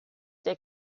der